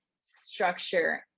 structure